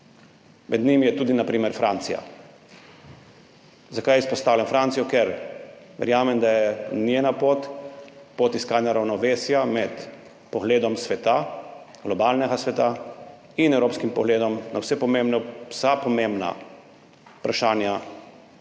med njimi je tudi, na primer, Francija. Zakaj izpostavljam Francijo? Ker verjamem, da je njena pot – pot iskanja ravnovesja med pogledom sveta, globalnega sveta, in evropskim pogledom na vsa pomembna vprašanja